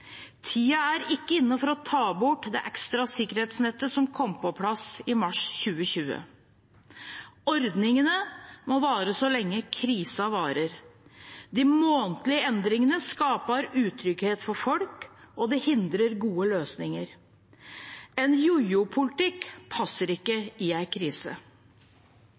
er ikke inne for å ta bort det ekstra sikkerhetsnettet som kom på plass i mars 2020. Ordningene må vare så lenge krisen varer. De månedlige endringene skaper utrygghet for folk, og det hindrer gode løsninger. En jojo-politikk passer ikke i en krise.